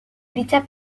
dicha